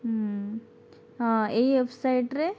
ହଁ ହଁ ଏହି ୱେବସାଇଟ୍ରେ